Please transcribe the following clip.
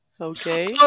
Okay